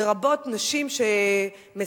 לרבות נשים שמסרסרות,